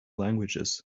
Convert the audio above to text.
languages